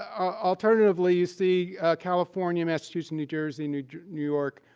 um alternatively, you see california, massachusetts, new jersey, new new york,